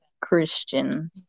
Christian